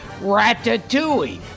Ratatouille